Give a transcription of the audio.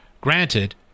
Granted